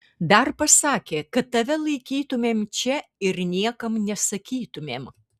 dar pasakė kad tave laikytumėm čia ir niekam nesakytumėm